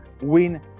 win